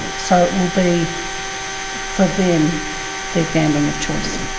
so it will be for them their gambling of choice.